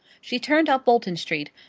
she turned up bolton street,